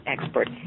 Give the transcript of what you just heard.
expert